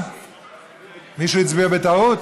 מישהו הצביע בטעות?